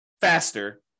faster